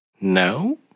no